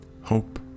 hope